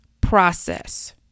process